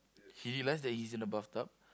he realize that he's in the bathtub